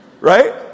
Right